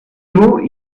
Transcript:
mot